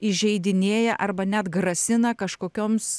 įžeidinėja arba net grasina kažkokioms